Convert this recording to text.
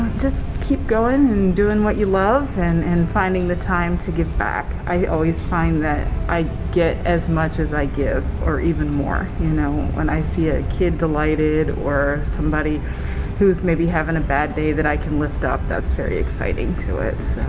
just keep going and doing what you love and and finding the time to give back i always find that i get as much as i give or even more you know when i see a kid delighted or somebody who's maybe having a bad day that i can lift up that's very exciting to it